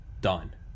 done